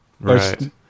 right